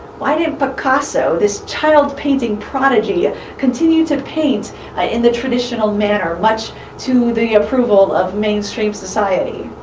why didn't picasso this child painting prodigy continue to paint in the traditional manner, much to the approval of mainstream society?